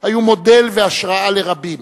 היו מודל והשראה לרבים,